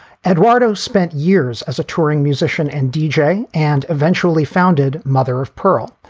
eduardo spent years as a touring musician and deejay and eventually founded mother of pearl,